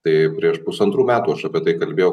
tai prieš pusantrų metų aš apie tai kalbėjau